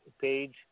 page